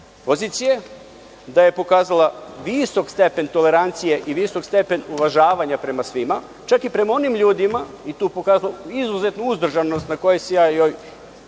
pozicije, da je pokazala visok stepen tolerancije i visok stepen uvažavanja prema svima, čak i prema onim ljudima i tu pokazala izuzetnu uzdržanost na kojoj joj